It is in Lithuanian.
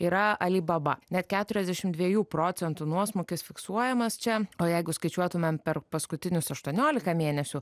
yra ali baba net keturiasdešimt dviejų procentų nuosmukis fiksuojamas čia o jeigu skaičiuotumėm per paskutinius aštuoniolika mėnesių